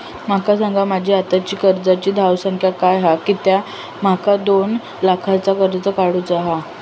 माका सांगा माझी आत्ताची कर्जाची धावसंख्या काय हा कित्या माका दोन लाखाचा कर्ज काढू चा हा?